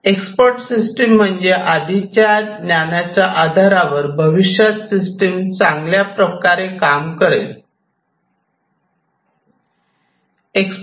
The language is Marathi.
एक्सपर्ट सिस्टम म्हणजे आधीच्या ज्ञानाचा आधारावर भविष्यात सिस्टम चांगल्या प्रकारे काम करेल करेल